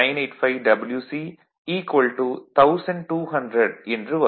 985Wc 1200 என்று வரும்